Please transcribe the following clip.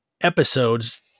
episodes